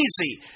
easy